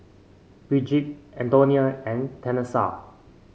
Brigid Antonia and Tanesha